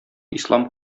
ислам